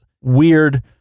weird